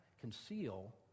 conceal